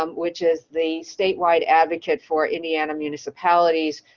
um which is the statewide advocate for indiana municipalities.